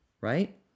Right